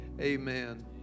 amen